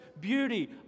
beauty